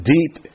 deep